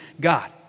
God